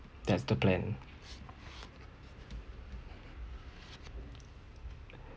that's the plan